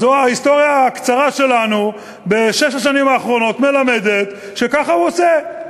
ההיסטוריה הקצרה שלנו בשש השנים האחרונות מלמדת שככה הוא עושה.